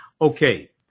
Okay